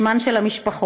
בשמן של המשפחות,